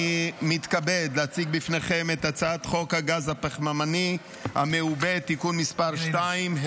אני מתכבד להציג בפניכם את הצעת חוק הגז הפחמימני המעובה (תיקון מס' 2),